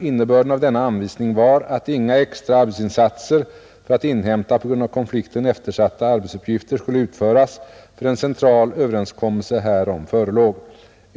Innebörden av denna anvisning var att inga extra arbetsinsatser för att inhämta på grund av konflikten eftersatta arbetsuppgifter skulle utföras förrän central överenskommelse härom förelåg.